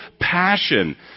passion